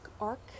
arc